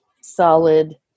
solid